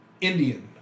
Indian